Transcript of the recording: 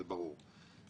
זה ברור.